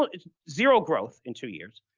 it's zero growth in two years.